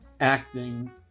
acting